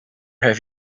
have